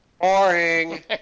Boring